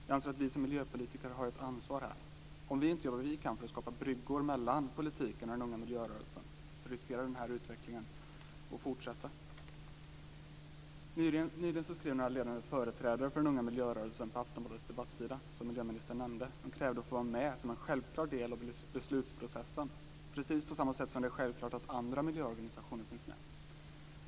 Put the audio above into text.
Jag anser att vi som miljöpolitiker har ett ansvar här. Om vi inte gör vad vi kan för att skapa bryggor mellan politiken och den unga miljörörelsen riskerar den här utvecklingen att fortsätta. Nyligen skrev några ledande företrädare för den unga miljörörelsen på Aftonbladets debattsida, som miljöministern nämnde. De krävde att få vara med som en självklar del av beslutsprocessen, precis på samma sätt som det är självklart att andra miljöorganisationer finns med.